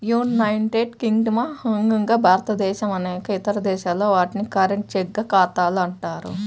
United Kingdom, Hong Kong, భారతదేశం అనేక ఇతర దేశాల్లో, వాటిని కరెంట్, చెక్ ఖాతాలు అంటారు